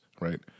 Right